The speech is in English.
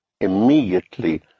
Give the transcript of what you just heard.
immediately